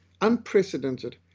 unprecedented